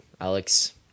Alex